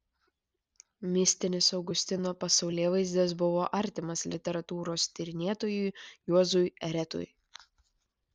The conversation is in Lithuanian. mistinis augustino pasaulėvaizdis buvo artimas literatūros tyrinėtojui juozui eretui